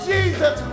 Jesus